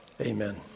amen